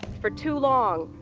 for too long,